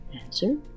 Answer